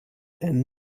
and